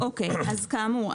כאמור,